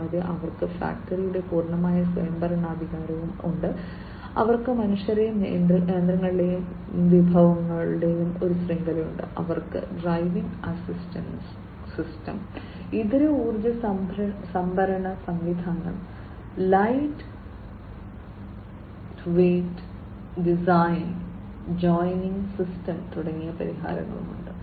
കൂടാതെ അവർക്ക് ഫാക്ടറിയുടെ പൂർണ്ണമായ സ്വയംഭരണാധികാരവും ഉണ്ട് അവർക്ക് മനുഷ്യരുടെയും യന്ത്രങ്ങളുടെയും വിഭവങ്ങളുടെയും ഒരു ശൃംഖലയുണ്ട് അവർക്ക് ഡ്രൈവർ അസിസ്റ്റൻസ് സിസ്റ്റം ഇതര ഊർജ്ജ സംഭരണ സംവിധാനം ലൈറ്റ്വെയ്റ്റ് ഡിസൈൻ ജോയിനിംഗ് സിസ്റ്റം തുടങ്ങിയ പരിഹാരങ്ങളുണ്ട്